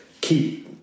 keep